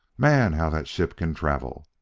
man, how that ship can travel!